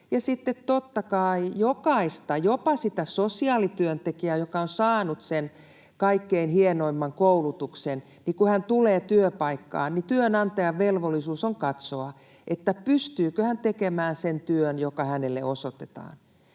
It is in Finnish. totta kai jokaisen kohdalla — jopa sen sosiaalityöntekijän, joka on saanut sen kaikkein hienoimman koulutuksen — joka tulee työpaikkaan, työnantajan velvollisuus on katsoa, pystyykö hän tekemään sen työn, joka hänelle osoitetaan.